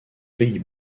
pays